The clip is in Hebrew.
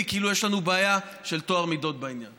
כאילו יש לנו בעיה של טוהר מידות בעניין.